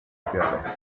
oficiales